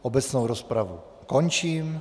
Obecnou rozpravu končím.